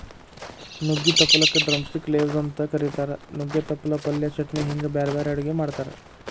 ನುಗ್ಗಿ ತಪ್ಪಲಕ drumstick leaves ಅಂತ ಕರೇತಾರ, ನುಗ್ಗೆ ತಪ್ಪಲ ಪಲ್ಯ, ಚಟ್ನಿ ಹಿಂಗ್ ಬ್ಯಾರ್ಬ್ಯಾರೇ ಅಡುಗಿ ಮಾಡ್ತಾರ